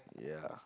yeah